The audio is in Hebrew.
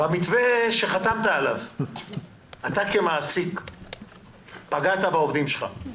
במתווה שחתמת עליו, אתה כמעסיק פגעת בעובדים שלך.